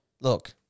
look